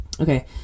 Okay